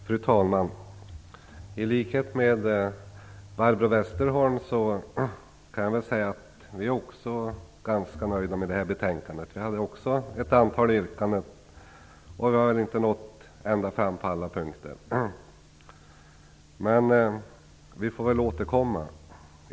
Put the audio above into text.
Fru talman! Jag kan i likhet med säga Barbro Westerholm säga att vi är ganska nöjda med detta betänkande. Också vi har ett antal yrkanden men har inte nått ända fram på alla punkter. Vi får väl återkomma.